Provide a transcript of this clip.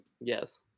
Yes